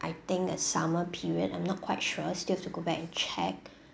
I think it's summer period I'm not quite sure still have to go back and check